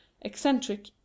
Eccentric